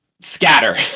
scatter